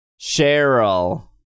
Cheryl